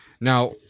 Now